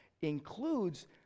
includes